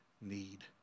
need